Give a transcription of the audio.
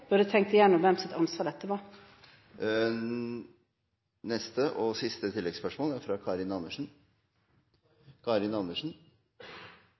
burde tenkt gjennom hvem sitt ansvar dette var. Karin Andersen – til siste